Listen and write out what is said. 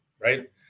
right